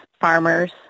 farmers